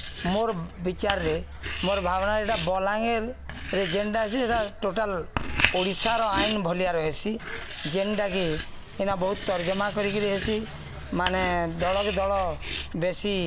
ମୋର୍ ବିଚାର୍ରେ ମୋର୍ ଭାବ୍ନାରେ ଇଟା ବଲାଙ୍ଗୀର୍ରେ ଯେନ୍ଟା ହେସି ସେଟା ଟୋଟାଲ୍ ଓଡ଼ିଶାର ଆଇନ୍ ଭଲିଆ ରହେସି ଯେନ୍ଟାକି ଇନ ବହୁତ୍ ତର୍ଜମା କରିକିରି ହେସି ମାନେ ଦଳକେ ଦଳ ବେଶୀ